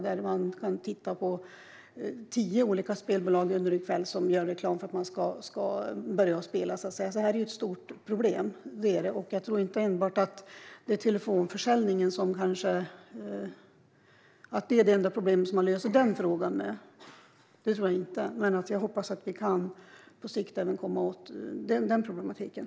Där kan man titta på tio olika spelbolag som gör reklam under en kväll för att man ska börja att spela. Det är ett stort problem. Jag tror inte att man löser den frågan med enbart telefonförsäljningen. Men jag hoppas att vi på sikt även kan komma åt den problematiken.